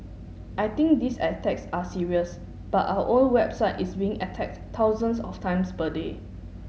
I think these attacks are serious but our own website is being attacked thousands of times per day